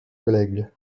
collègue